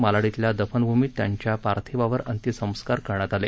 मालाड खिल्या दफनभूमीत त्यांच्या पार्थिवावर अंतिम संस्कार करण्यात आले